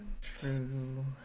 True